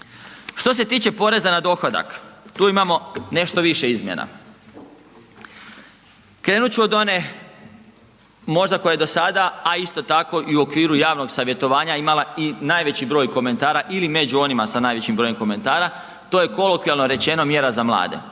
Što se tiče poreza na dohodak, tu imamo nešto više izmjena, krenut ću od one možda koja je do sada, a isto tako i u okviru javnog savjetovanja, imala i najveći broj komentara ili među onima sa najvećim brojem komentara, to je kolokvijalno rečeno, mjera za mlade,